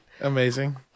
Amazing